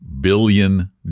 billion